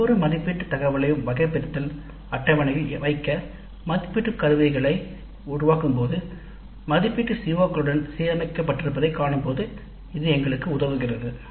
இது பின்னர் மதிப்பீட்டு கருவிகளை உருவாக்கும்போது ஒவ்வொரு மதிப்பீட்டு உருப்படியையும் வகைபிரித்தல் அட்டவணை வைக்க மற்றும் மதிப்பீடு CO களுடன் சீரமைக்கப்பட்டிருப்பதைக் உறுதிசெய்ய நமக்கு உதவுகிறது